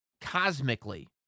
cosmically